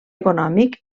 econòmic